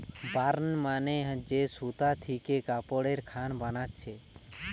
burn মানে যে সুতা থিকে কাপড়ের খান বানাচ্ছে